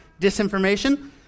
Disinformation